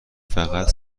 فقط